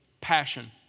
passion